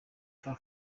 car